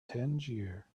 tangier